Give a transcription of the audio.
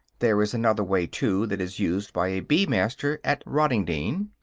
there is another way, too, that is used by a bee-master at rottingdean,